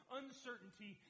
uncertainty